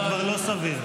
זה כבר לא סביר.